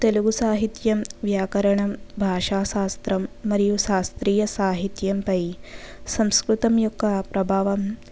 తెలుగు సాహిత్యం వ్యాకరణం భాషాశాత్రం మారియు శాస్త్రీయ సాహిత్యంపై సంస్కృతం యొక్క ప్రభావం